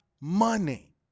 money